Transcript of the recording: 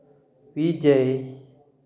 विजय